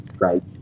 right